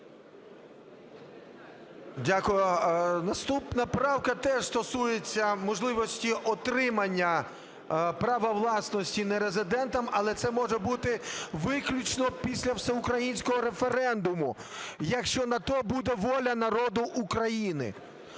Дякую. Наступна правка теж стосується можливості отримання права власності нерезидентом. Але це може бути виключно після всеукраїнського референдуму, якщо на те буде воля народу України.